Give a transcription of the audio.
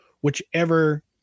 whichever